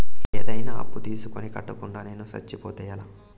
ఏదైనా అప్పు తీసుకొని కట్టకుండా నేను సచ్చిపోతే ఎలా